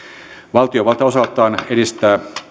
valtiovalta osaltaan edistää